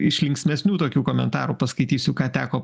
iš linksmesnių tokių komentarų paskaitysiu ką teko